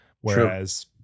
Whereas